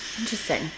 interesting